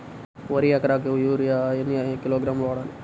వరికి ఎకరాకు యూరియా ఎన్ని కిలోగ్రాములు వాడాలి?